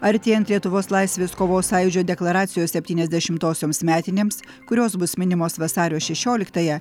artėjant lietuvos laisvės kovos sąjūdžio deklaracijos septyniasdešimtosioms metinėms kurios bus minimos vasario šešioliktąją